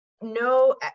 no